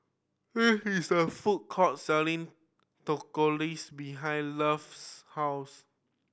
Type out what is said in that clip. there is a food court selling Tortillas behind Love's house